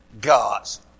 God's